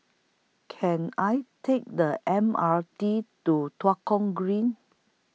Can I Take The M R T to Tua Kong Green